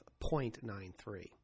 0.93